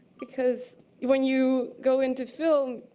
because when you go into film,